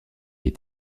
est